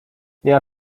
miała